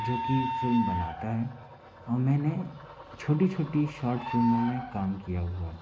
जो की फ़िल्म बनाता है और मैंने छोटी छोटी शॉर्ट फ़िल्मों में काम हुआ है